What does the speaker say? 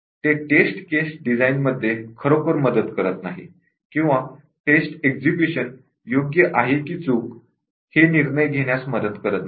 ते test case design मध्ये खरोखर मदत करत नाही किंवा टेस्ट एक्झिक्युशन योग्य आहे की चूक हे निर्णय घेण्यात मदत करत नाही